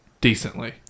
decently